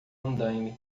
andaime